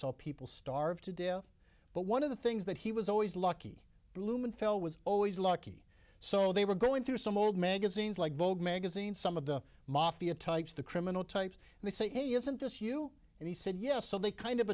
saw people starve to death but one of the things that he was always lucky blumenfeld was always lucky so they were going through some old magazines like vogue magazine some of the mafia types the criminal types and they say hey isn't this you and he said yes so they kind of